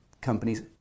companies